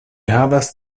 havas